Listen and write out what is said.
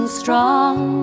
strong